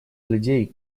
людей